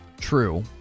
True